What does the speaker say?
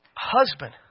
Husband